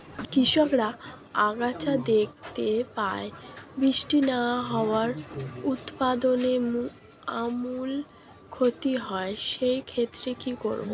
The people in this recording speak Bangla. কৃষকরা আকছার দেখতে পায় বৃষ্টি না হওয়ায় উৎপাদনের আমূল ক্ষতি হয়, সে ক্ষেত্রে কি করব?